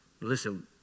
Listen